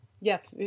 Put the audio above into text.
Yes